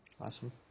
Awesome